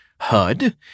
HUD